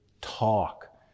talk